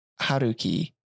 Haruki